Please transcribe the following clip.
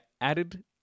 added